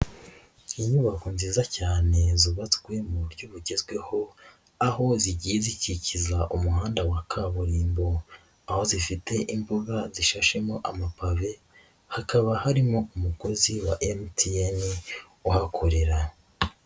Inyubako nziza cyane zubatswe mu buryo bugezweho, aho zigiye zikikiza umuhanda wa kaburimbo, aho zifite imbuga zishashemo amapave, hakaba harimo umukozi wa MTN uhakorera.